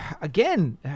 again